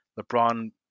LeBron